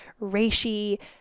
reishi